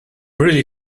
really